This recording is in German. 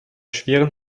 schweren